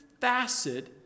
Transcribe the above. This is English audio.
facet